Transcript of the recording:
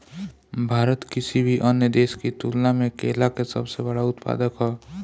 भारत किसी भी अन्य देश की तुलना में केला के सबसे बड़ा उत्पादक ह